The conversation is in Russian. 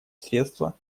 средства